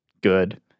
good